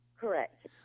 correct